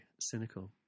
Cynical